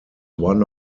one